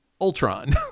Ultron